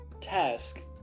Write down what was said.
task